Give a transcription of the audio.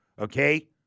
okay